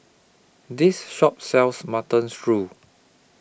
This Shop sells Mutton Stew